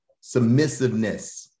submissiveness